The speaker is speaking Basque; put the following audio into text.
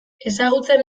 ezagutzen